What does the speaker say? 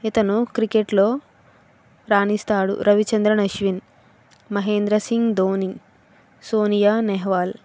ఇతను క్రికెట్లో రానిస్తాడు రవిచంద్రన్ అశ్విన్ మహేంద్ర సింగ్ ధోని సోనియా నెహ్వాల్